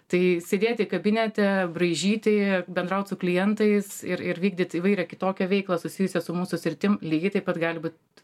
tai sėdėti kabinete braižyti bendraut su klientais ir ir vykdyt įvairią kitokią veiklą susijusia su mūsų sritim lygiai taip pat gali būt